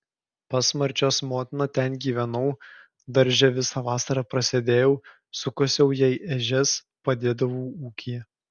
pas marčios motiną ten gyvenau darže visą vasarą prasėdėjau sukasiau jai ežias padėdavau ūkyje